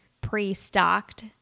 pre-stocked